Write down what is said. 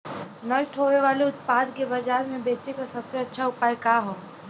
नष्ट होवे वाले उतपाद के बाजार में बेचे क सबसे अच्छा उपाय का हो?